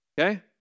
okay